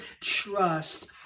trust